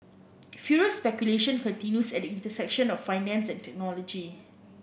furious speculation continues at the intersection of finance and technology